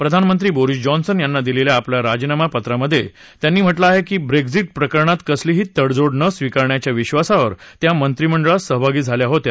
प्रधानमंत्री Boris Johnson यांना दिलेल्या आपल्या राजीनामापत्रामध्ये त्यांनी म्हटलं आहे की ब्रेक्सिट प्रकरणात कसलीही तडजोड न स्विकारण्याच्या विश्वासावर त्या मंत्रिमंडळात सहभागी झाल्या होत्या